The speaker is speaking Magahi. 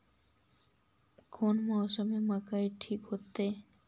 कौन मौसम में मकई ठिक होतइ?